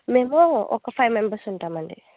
మేము ఒక five members ఉంటామండి